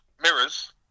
mirrors